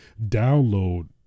download